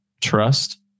trust